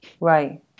Right